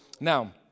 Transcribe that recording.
Now